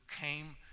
came